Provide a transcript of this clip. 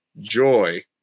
Joy